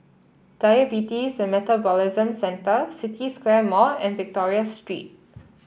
Diabetes and Metabolism Centre City Square Mall and Victoria Street